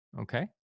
Okay